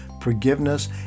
forgiveness